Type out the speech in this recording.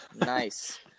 Nice